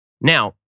Now